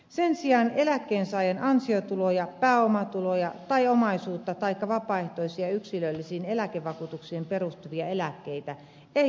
sen sijaan eläkkeensaajan ansiotuloja pääomatuloja tai omaisuutta taikka vapaaehtoisia yksilöllisiin eläkevakuutuksiin perustuvia eläkkeitä ei huomioida lainkaan